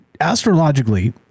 astrologically